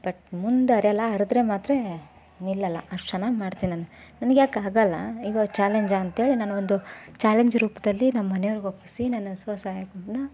but ಮುಂದುರ್ಯಲ್ಲ ಹರ್ದ್ರೆ ಮಾತ್ರ ನಿಲ್ಲಲ್ಲ ಅಷ್ಟು ಚೆನ್ನಾಗಿ ಮಾಡ್ತೀನಿ ನಾನು ನನಿಗ್ಯಾಕೆ ಆಗಲ್ಲ ಈಗ ಚಾಲೆಂಜಾ ಅಂತೇಳಿ ನಾನೊಂದು ಚಾಲೆಂಜ್ ರೂಪದಲ್ಲಿ ನಮ್ಮ ಮನೆಯವ್ರ್ಗೆ ಒಪ್ಪಿಸಿ ನಾನು ಸ್ವಸಹಾಯ ಗುಂಪನ್ನ